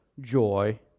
joy